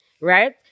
Right